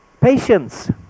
Patience